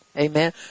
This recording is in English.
Amen